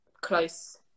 close